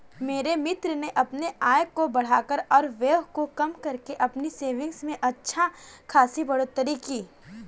मेरे मित्र ने अपने आय को बढ़ाकर और व्यय को कम करके अपनी सेविंग्स में अच्छा खासी बढ़ोत्तरी की